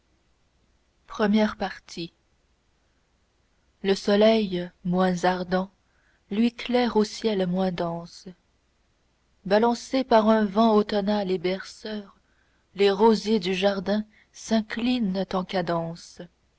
épilogue i le soleil moins ardent luit clair au ciel moins dense balancés par un vent automnal et berceur les rosiers du jardin s'inclinent en cadence